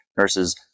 nurses